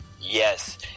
Yes